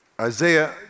Isaiah